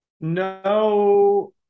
no